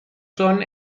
son